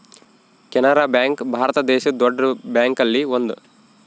Canara bank ಭಾರತ ದೇಶದ್ ದೊಡ್ಡ ಬ್ಯಾಂಕ್ ಅಲ್ಲಿ ಒಂದು